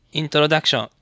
introduction